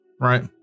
right